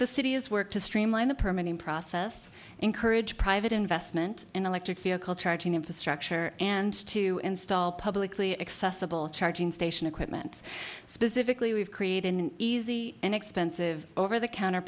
the city is work to streamline the permian process encourage private investment in electric vehicle charging infrastructure and to install publicly accessible charging station equipment specifically we've created an easy inexpensive over the counter